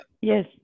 yes